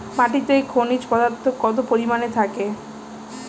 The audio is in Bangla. মাটিতে খনিজ পদার্থ কত পরিমাণে থাকে?